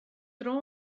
dro